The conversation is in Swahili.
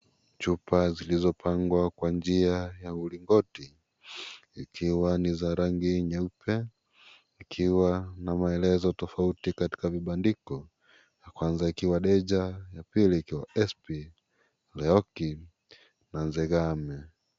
Chupa zilizo pangwa kwa njia ya ulingoti, ikiwa ni za rangi nyeupe, ikiwa na malezo tofauti katika vibandiko, ya kwanza ikiwa (cs)deja(cs), ya pili ikiwa (cs)SP, leokim(cs) na nzegame.